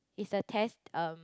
is a test um